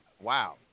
wow